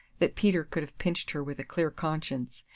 that peter could have pinched her with a clear conscience,